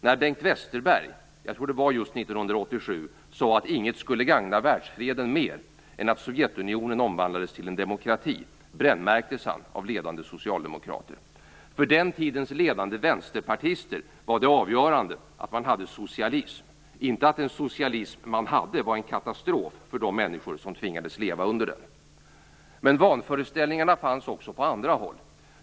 När Bengt Westerberg - jag tror att det var just 1987 - sade att inget skulle gagna världsfreden mer än att Sovjetunionen omvandlades till en demokrati, brännmärktes han av ledande socialdemokrater. För den tidens ledande vänsterpartister var det avgörande att man hade socialism, inte att den socialism man hade var en katastrof för de människor som tvingades leva under den. Men vanföreställningarna fanns också på andra håll.